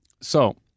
So-